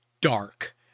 dark